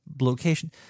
location